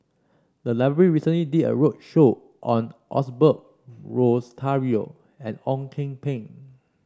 the library recently did a roadshow on Osbert Rozario and Ong Kian Peng